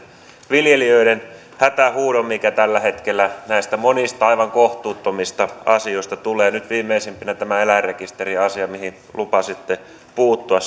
viljelijöiden hätähuudon mikä tällä hetkellä näistä monista aivan kohtuuttomista asioista tulee nyt viimeisimpänä on tämä eläinrekisteriasia mihin lupasitte puuttua